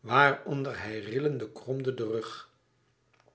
waar onder hij rillende kromde den rug